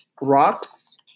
rocks